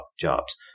jobs